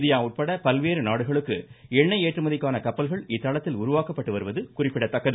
India உட்பட பல்வேறு நாடுகளுக்கு எண்ணெய் ஏற்றுமதிக்கான கப்பல்கள் இத்தளத்தில் உருவாக்கப்பட்டு வருவது குறிப்பிடத்தக்கது